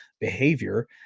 behavior